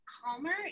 calmer